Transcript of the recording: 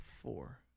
four